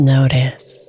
Notice